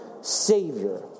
Savior